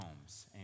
homes